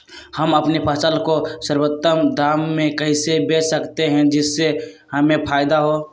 हम अपनी फसल को सर्वोत्तम दाम में कैसे बेच सकते हैं जिससे हमें फायदा हो?